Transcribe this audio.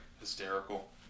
hysterical